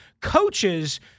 Coaches